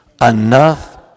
Enough